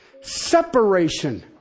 separation